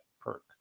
perk